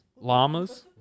Llamas